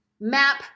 map